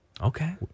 Okay